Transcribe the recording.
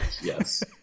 Yes